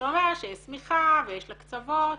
שאומר שיש שמיכה ויש לה קצוות